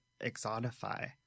exotify